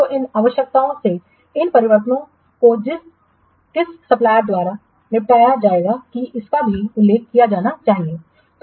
तो इन आवश्यकताओं से इन परिवर्तनों को किस सप्लायर्सद्वारा निपटा जाएगा कि इसका भी उल्लेख किया जाना चाहिए